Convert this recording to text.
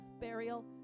burial